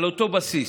על אותו בסיס,